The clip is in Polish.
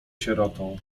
sierotą